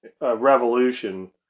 revolution